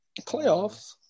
Playoffs